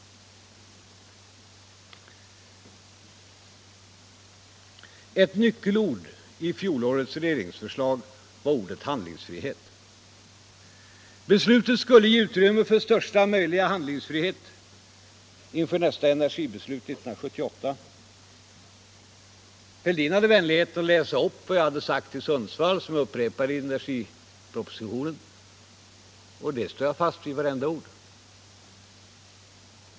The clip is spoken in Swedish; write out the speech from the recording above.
Ett nyckelord i fjolårets regeringsförslag var ordet handlingsfrihet. Beslutet skulle ge utrymme för största möjliga handlingsfrihet inför nästa energibeslut 1978. Herr Fälldin hade vänligheten att läsa upp vad jag sade i Sundsvall och som jag upprepar i energipropositionen, och jag står fast vid vartenda ord.